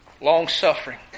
long-suffering